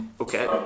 Okay